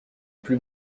plus